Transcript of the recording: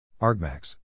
Argmax